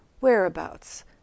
whereabouts